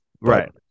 right